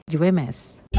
UMS